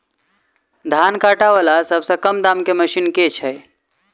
धान काटा वला सबसँ कम दाम केँ मशीन केँ छैय?